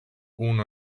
uno